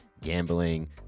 gambling